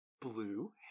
blue